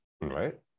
Right